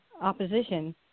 opposition